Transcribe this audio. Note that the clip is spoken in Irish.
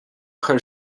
chur